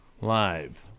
Live